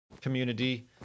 community